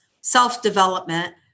self-development